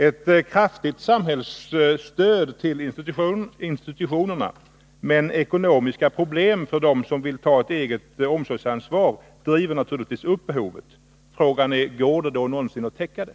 Ett kraftigt samhällsstöd till institutioner men ekonomiska problem för dem som tar ett eget omsorgsansvar driver naturligtvis upp behovet av institutionsvård. Går det då någonsin att täcka det?